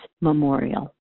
memorial